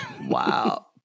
Wow